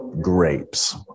grapes